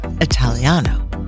Italiano